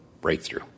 breakthrough